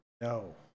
No